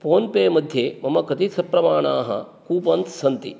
पोन्पे मध्ये मम कति सप्रमाणाः कूपान्स् सन्ति